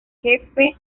jefe